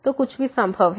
तो कुछ भी संभव है